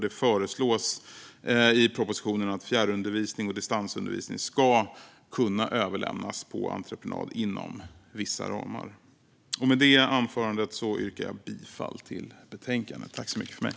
Det föreslås i propositionen att fjärrundervisning och distansundervisning ska kunna överlämnas på entreprenad inom vissa ramar. Med detta yrkar jag bifall till förslaget i betänkandet.